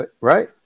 right